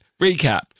Recap